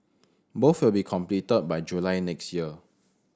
both will be completed by July next year